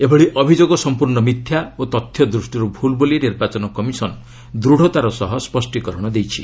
ଏଭଳି ଅଭିଯୋଗ ସମ୍ପର୍ଣ୍ଣ ମିଥ୍ୟା ଓ ତଥ୍ୟ ଦୃଷ୍ଟିରୁ ଭୁଲ୍ ବୋଲି ନିର୍ବାଚନ କମିଶନ୍ ଦୂଢ଼ତାର ସହ ସ୍ୱଷ୍ଟିକରଣ ଦେଇଛି